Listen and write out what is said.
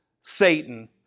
Satan